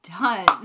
done